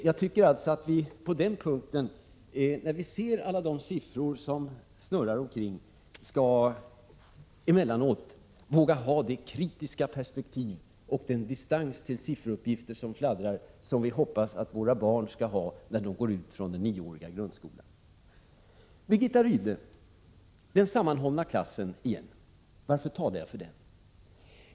Jag tycker att vi, när vi ser alla de siffror som snurrar omkring, emellanåt skall våga ha det kritiska perspektiv och den distans till sifferuppgifter som vi hoppas att våra barn skall ha när de går ut från den nioåriga grundskolan. Birgitta Rydle, den sammanhållna klassen igen! Varför talar jag för den?